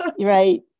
right